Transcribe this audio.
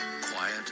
Quiet